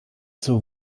zur